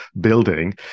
building